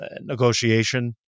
negotiation